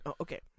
Okay